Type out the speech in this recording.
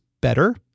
better